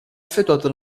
effettuato